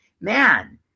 man